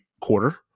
quarter